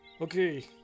Okay